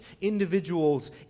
individuals